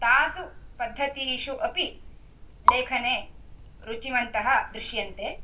तासु पद्धतीषु अपि लेखने रुचिमन्तः दृश्यन्ते